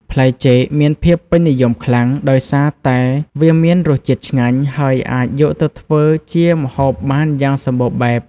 ផ្លែចេកមានភាពពេញនិយមខ្លាំងដោយសារតែវាមានរសជាតិឆ្ងាញ់ ហើយអាចយកទៅធ្វើជាមុខម្ហូបបានយ៉ាងសម្បូរបែប។